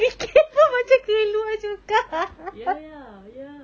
ya ya ya